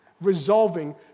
resolving